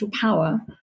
power